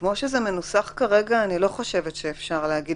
כמו שזה מנוסח כרגע אני לא חושבת שאפשר להגיד